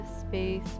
space